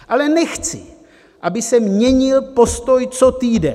Ale nechci, aby se měnil postoj co týden.